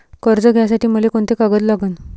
कर्ज घ्यासाठी मले कोंते कागद लागन?